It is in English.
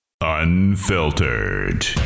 Unfiltered